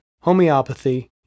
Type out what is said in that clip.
homeopathy